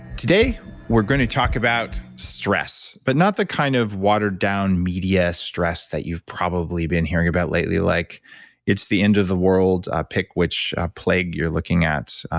today we're going to talk about stress, but not the kind of watered down media stress that you've probably been hearing about lately, like it's the end of the world, pick which plague you're looking at,